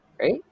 Right